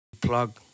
plug